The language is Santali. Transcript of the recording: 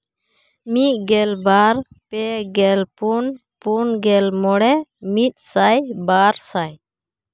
ᱢᱤᱫᱜᱮᱞ ᱵᱟᱨ ᱯᱮᱜᱮᱞ ᱯᱩᱱ ᱯᱩᱱᱜᱮᱞ ᱢᱚᱬᱮ ᱢᱤᱫᱥᱟᱭ ᱵᱟᱨᱥᱟᱭ